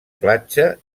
platja